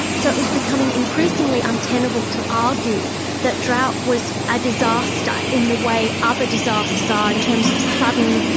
so it was becoming increasingly untenable to argue that drought was a disaster in the way other disasters are in terms of sudden,